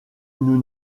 nous